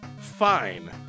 fine